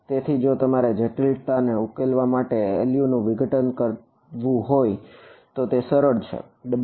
તેથી જો તમારે આ જટિલતાને ઉકેલવા માટે LU નું વિઘટન કરવું હોય તો તે સરળ છે w×n